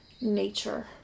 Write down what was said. nature